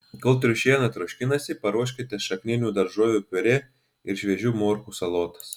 kol triušiena troškinasi paruoškite šakninių daržovių piurė ir šviežių morkų salotas